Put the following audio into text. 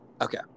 Okay